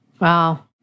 Wow